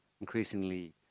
increasingly